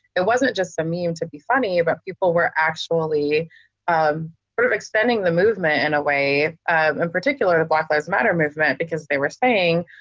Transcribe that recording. it wasn't just a meme to be funny, but people were actually sort of extending the movement in a way ah in particular of black lives matter movement, because they were saying,